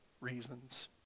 reasons